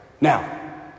Now